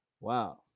Wow